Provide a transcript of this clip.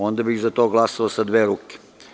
Onda bih za to glasao sa dve ruke.